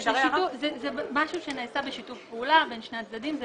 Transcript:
זה משהו שנעשה בשיתוף פעולה בין שני הצדדים.